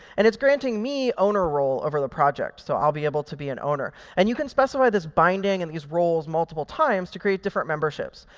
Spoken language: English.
and it's granting me owner role over the project, so i'll be able to be an owner. and you can specify this binding and these roles multiple times to create different memberships.